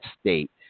state